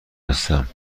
هستم